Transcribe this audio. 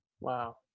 Wow